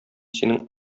синең